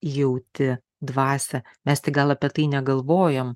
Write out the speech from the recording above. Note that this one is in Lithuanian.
jauti dvasią mes tik gal apie tai negalvojam